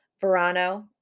Verano